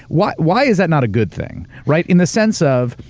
why why is that not a good thing, right? in the sense of,